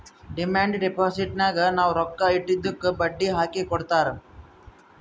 demand ಡಿಪೋಸಿಟ್ನಾಗ್ ನಾವ್ ರೊಕ್ಕಾ ಇಟ್ಟಿದ್ದುಕ್ ಬಡ್ಡಿ ಹಾಕಿ ಕೊಡ್ತಾರ್